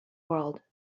world